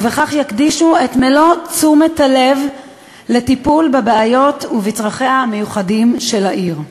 וכך יקדישו את מלוא תשומת הלב לטיפול בבעיות ובצרכים המיוחדים של העיר.